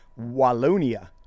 Wallonia